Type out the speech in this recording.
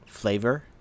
flavor